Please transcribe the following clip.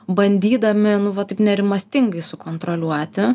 bandydami nu va nerimastingai sukontroliuoti